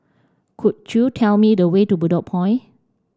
could you tell me the way to Bedok Point